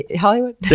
Hollywood